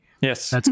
yes